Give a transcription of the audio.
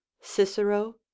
Cicero